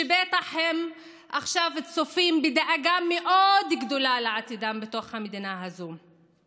שבטח הם עכשיו צופים בדאגה מאוד גדולה לעתידם בתוך המדינה הזאת.